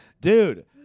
Dude